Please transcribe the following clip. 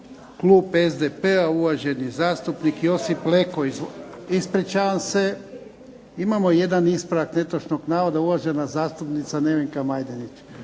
kluba SDP-a uvaženi zastupnik Josip Leko. Ispričavam se imamo jedan ispravak netočnog navoda uvažena zastupnica Nevneka Majdenić.